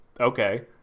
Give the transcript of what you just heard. okay